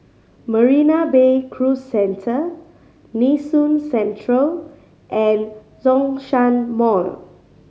Marina Bay Cruise Centre Nee Soon Central and Zhongshan Mall